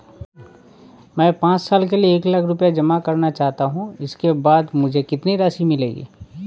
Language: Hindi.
मैं पाँच साल के लिए एक लाख रूपए जमा करना चाहता हूँ इसके बाद मुझे कितनी राशि मिलेगी?